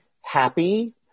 happy